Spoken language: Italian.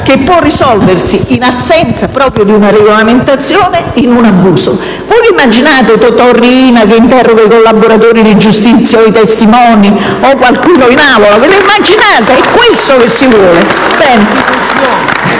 che può risolversi, in assenza di una regolamentazione, in un abuso. Voi immaginate Totò Riina che interroga i collaboratori di giustizia o i testimoni o qualcuno in Aula? Ve lo immaginate? È questo che si vuole?